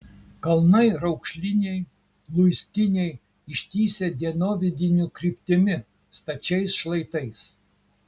kalnai raukšliniai luistiniai ištįsę dienovidinių kryptimi stačiais šlaitais